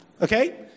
Okay